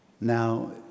Now